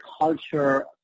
culture